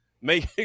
make